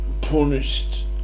punished